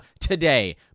today